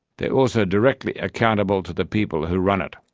they are also directly accountable to the people who run it.